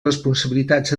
responsabilitats